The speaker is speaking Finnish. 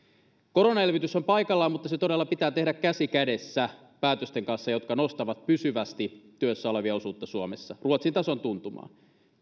koronaelvytys on paikallaan mutta se todella pitää tehdä käsi kädessä päätösten kanssa jotka nostavat pysyvästi työssä olevien osuutta suomessa ruotsin tason tuntumaan